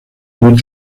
muy